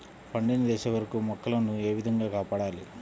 పండిన దశ వరకు మొక్కల ను ఏ విధంగా కాపాడాలి?